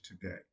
today